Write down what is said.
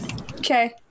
Okay